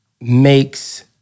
makes